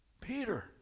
Peter